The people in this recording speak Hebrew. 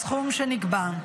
בסכום שנקבע.